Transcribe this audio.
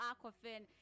Aquafin